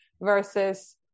versus